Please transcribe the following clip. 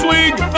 League